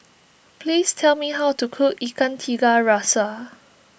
please tell me how to cook Ikan Tiga Rasa